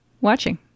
watching